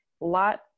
Lot